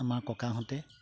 আমাৰ ককাহঁতে